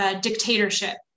dictatorship